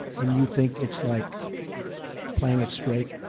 and you think it's like playing it straight.